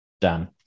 Done